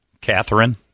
Catherine